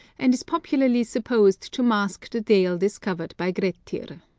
and is popularly supposed to mask the dale discovered by grettir.